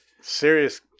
serious